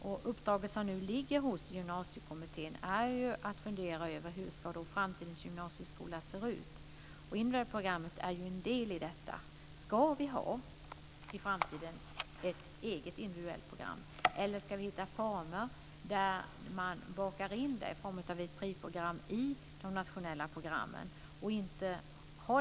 Det uppdrag som nu ligger hos Gymnasiekommittén innebär att man ska fundera över hur framtidens gymnasieskola ska se ut. Det individuella programmet är ju en del av detta. Ska vi i framtiden ha ett eget individuellt program, eller ska vi hitta former där man bakar in det i de nationella programmen?